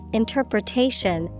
interpretation